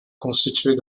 constitués